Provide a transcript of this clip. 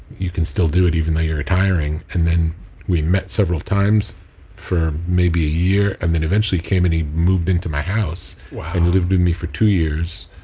you can still do it even though you're retiring. and then we met several times for maybe a year and then eventually came in, he moved into my house and lived with me for two years.